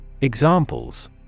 Examples